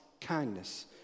kindness